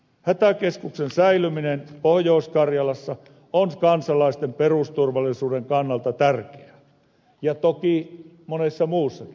hätäkeskuksen säilyminen pohjois karjalassa on kansalaisten perusturvallisuuden kannalta tärkeää ja toki monessa muussakin